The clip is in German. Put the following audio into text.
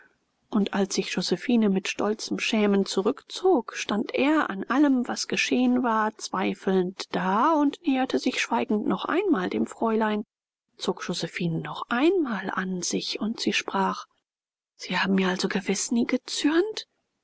und als sich josephine mit stolzem schämen zurückzog stand er an allem was geschehen war zweifelnd da und näherte sich schweigend noch einmal dem fräulein zog josephinen noch einmal an sich und sie sprach sie haben mir also gewiß nie gezürnt